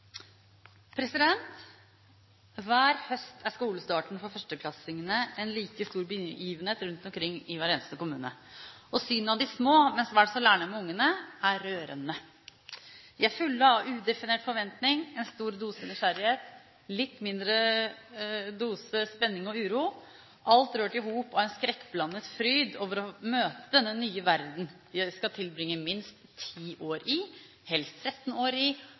rørende. De er fulle av udefinert forventning, en stor dose nysgjerrighet, en litt mindre dose spenning og uro, alt rørt i hop av en skrekkblandet fryd over å møte denne nye verden de skal tilbringe minst ti år i, helst 13 år i,